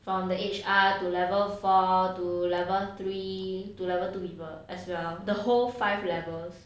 from the H_R to level four to level three to level two people as well the whole five levels